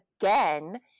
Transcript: again